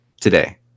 today